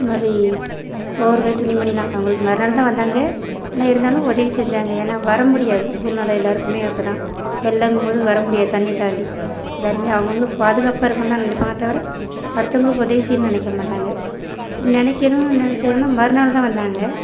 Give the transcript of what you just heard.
இது மாதிரி போர்வை துணிமணியெலாம் அவங்களுக்கு மறுநாள்தான் வந்தாங்க ஆனால் இருந்தாலும் உதவி செஞ்சாங்க ஏன்னா வர முடியாது சூழ்நெலை எல்லோருக்குமே அப்படிதான் வெள்ளம்ங்கும்போது வர முடியாது தண்ணி தாண்டி எல்லோருமே அவங்க அவங்க பாதுகாப்பாக இருக்கணும்ந்தான் நெனைப்பாங்களே தவிர அடுத்தவங்களுக்கு உதவி செய்யணுன்னு நெனைக்க மாட்டாங்க அப்படி நெனைக்கணுன்னு நெனைச்சாங்கன்னா மறுநாள்தான் வந்தாங்க